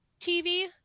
tv